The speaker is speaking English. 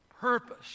Purpose